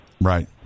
right